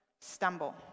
stumble